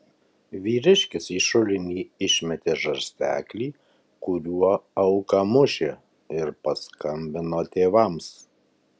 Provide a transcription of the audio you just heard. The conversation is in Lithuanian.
vyriškis į šulinį išmetė žarsteklį kuriuo auką mušė ir paskambino tėvams